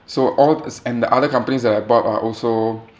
so all is and the other companies that I bought are also